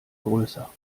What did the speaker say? größer